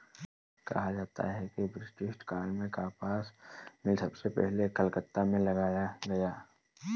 कहा जाता है कि ब्रिटिश काल में कपास मिल सबसे पहले कलकत्ता में लगाया गया